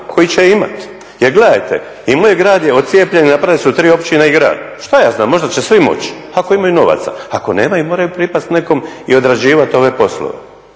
koji će imati. Jer gledajte i moj grad je odcijepljen, napravili su tri općine i grad. Šta ja znam, možda će svi moći ako imaju novaca, ako nemaju moraju pripasti nekom i odrađivat ove poslove.